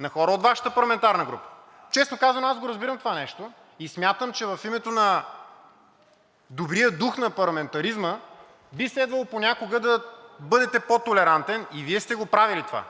на хора от Вашата парламентарна група. Честно казано, аз го разбирам това нещо и смятам, че в името на добрия дух на парламентаризма би следвало понякога да бъдете по-толерантен и Вие сте го правили това.